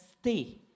stay